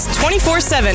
24-7